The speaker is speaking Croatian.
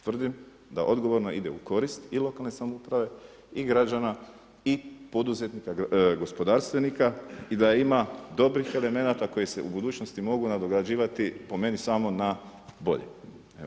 Tvrdim da odgovorno ide u korist i lokalne samouprave i građana i poduzetnika gospodarstvenika i da ima dobrih elemenata koji se u budućnosti mogu nadograđivati po meni samo na bolje.